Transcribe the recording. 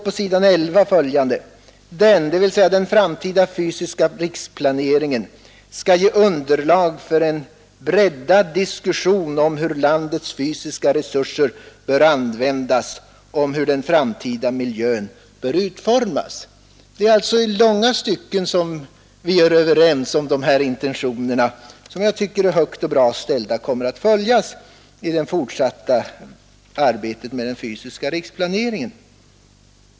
På s. 11 sägs att den framtida fysiska riksplaneringen ”skall ge underlag för en breddad diskussion om hur landets fysiska resurser bör är vi alltså överens, om de här intentionerna som jag tycker är högt och Torsdagen den bra ställda kommer att följas i det fortsatta arbetet med den fysiska 18 november 1971 riksplaneringen.